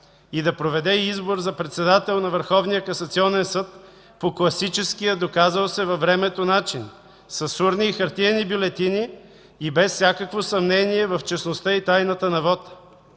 и да проведе избор за председател на Върховния касационен съд по класическия доказал се във времето начин с урни и хартиени бюлетини и без всякакво съмнение в честността и тайната на вота.